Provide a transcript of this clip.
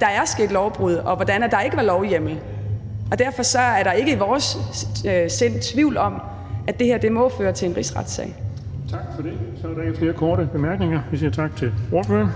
der er sket lovbrud, og hvordan der ikke var lovhjemmel. Derfor er der ikke i vores sind tvivl om, at det her må føre til en rigsretssag. Kl. 16:24 Den fg. formand (Erling Bonnesen): Tak for det. Så er der ikke flere korte bemærkninger. Vi siger tak til ordføreren.